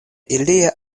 ilia